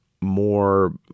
more